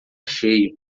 cheio